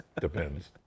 Depends